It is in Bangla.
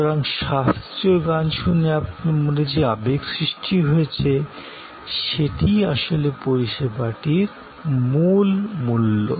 সুতরাং শাস্ত্রীয় গান শুনে আপনার মনে যে আবেগ সৃষ্টি হয়েছে সেটিই আসলে পরিষেবাটির মূল মূল্য